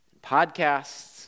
podcasts